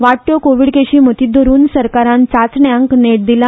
वाडट्यो कोव्हीड केशी मतींत धरून सरकारान चाचण्यांक नेट दिला